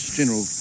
general